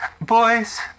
Boys